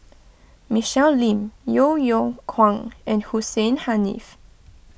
Michelle Lim Yeo Yeow Kwang and Hussein Haniff